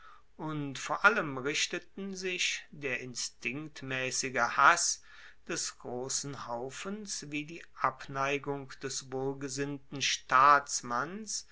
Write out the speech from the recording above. und vor allem richteten sich der instinktmaessige hass des grossen haufens wie die abneigung des wohlgesinnten staatsmanns